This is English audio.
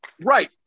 right